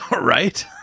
Right